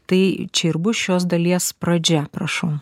tai čia ir bus šios dalies pradžia prašau